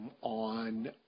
on